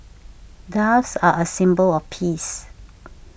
doves are a symbol of peace